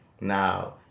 Now